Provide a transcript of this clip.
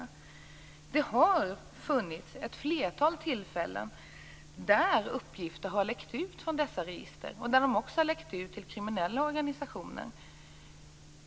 Det har funnits ett flertal tillfällen då uppgifter har läckt ut från dessa register och också läckt ut till kriminella organisationer.